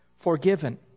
forgiven